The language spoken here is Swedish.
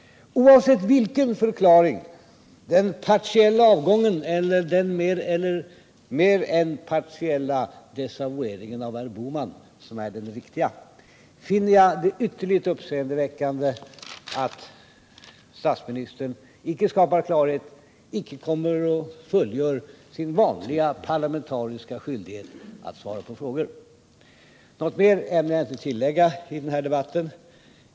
Oavsett vilken förklaring — den partiella avgången eller den mer än partiella desavoueringen av herr Bohman — som är den riktiga finner jag det ytterligt uppseendeväckande att statsministern icke skapar klarhet, icke fullgör sin vanliga parlamentariska skyldighet att svara på frågor. Något mer ämnar jag inte tillägga i den här debatten.